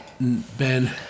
Ben